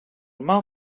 mal